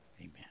Amen